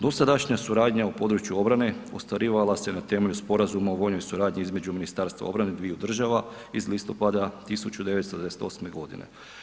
Dosadašnja suradnja u području obrane ostvarivala se na temelju Sporazuma o vojnoj suradnji između Ministarstva obrane dviju država iz listopada 1998. godine.